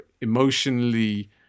emotionally